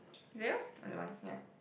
is it yours or is it mine ya